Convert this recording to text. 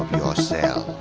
your cell,